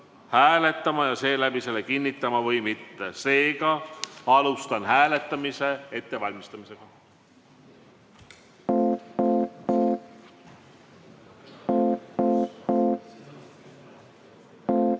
ja seeläbi selle kinnitama või mitte. Seega alustan hääletamise ettevalmistamist.